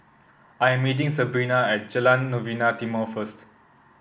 I am meeting Sebrina at Jalan Novena Timor first